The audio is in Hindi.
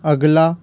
अगला